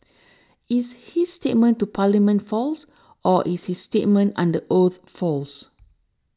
is his statement to Parliament false or is his statement under oath false